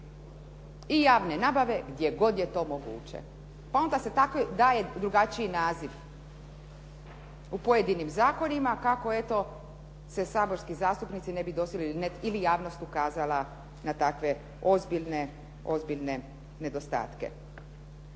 i javne nabave gdje god je to moguće. Pa onda se daje drugačiji naziv u pojedinim zakonima kako eto se saborski zastupnici ne bi dosjetili ili javnost ukazala na takve ozbiljne nedostatke.